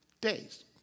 days